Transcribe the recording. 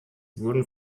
wurden